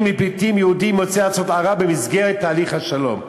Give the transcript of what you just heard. לפליטים יהודים יוצאי ארצות ערב במסגרת תהליך השלום.